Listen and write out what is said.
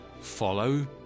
Follow